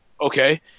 okay